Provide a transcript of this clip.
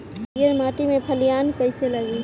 पीयर माटी में फलियां कइसे लागी?